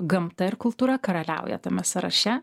gamta ir kultūra karaliauja tame sąraše